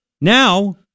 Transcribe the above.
Now